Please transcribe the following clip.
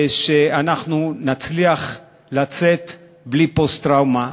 שאנחנו נצליח לצאת בלי פוסט-טראומה.